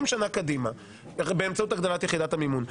שנים קדימה באמצעות הגדלת יחידת המימון.